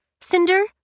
Cinder